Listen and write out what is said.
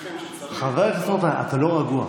חבר הכנסת רוטמן, אתה לא רגוע.